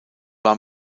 war